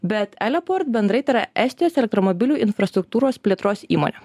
bet eleport bendrai tai yra estijos elektromobilių infrastruktūros plėtros įmonė